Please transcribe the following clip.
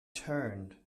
turned